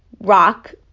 rock